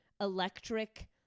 electric